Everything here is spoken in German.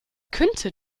könnte